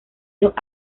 los